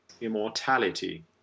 Immortality